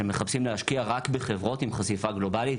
שמחפשים להשקיע רק בחברות עם חשיפה גלובלית,